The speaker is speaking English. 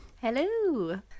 hello